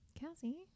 Kelsey